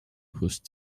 whose